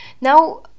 Now